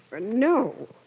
no